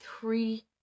three